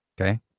Okay